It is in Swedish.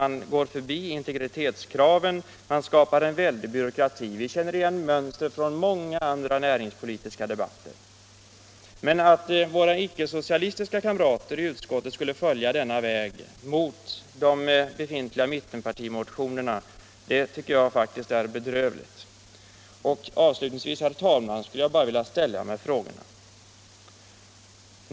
Man går förbi integritetskravet. Man skapar en väldig byråkrati. Vi känner igen mönstret från många andra näringspolitiska debatter. Men att våra icke-socialistiska kamrater i utskottet skulle följa denna väg mot de befintliga mittenpartimotionerna tycker jag faktiskt är bedrövligt. Avslutningsvis, herr talman, vill jag ställa ett par frågor.